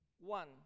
One